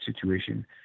situation